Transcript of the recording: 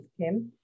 Kim